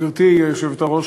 גברתי היושבת-ראש,